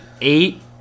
eight